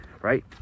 right